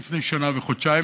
לפני שנה וחודשיים,